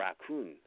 raccoon